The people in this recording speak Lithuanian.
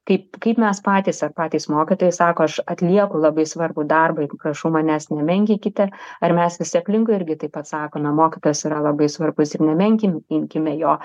kaip kaip mes patys ar patys mokytojai sako aš atlieku labai svarbų darbą ir prašau manęs nemenkinkite ar mes visi aplinkui irgi taip pat sakome mokytojas yra labai svarbus ir nemenkinkime jo